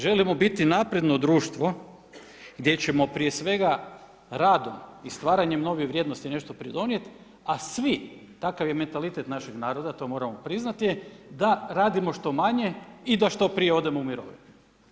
Želimo bit napredno društvo gdje ćemo prije svega radom i stvaranjem nove vrijednosti nešto pridonijeti a svi, takav je mentalitet našeg naroda, to moramo priznati, da radimo što manje i da što prije odemo u mirovine.